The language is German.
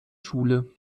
schule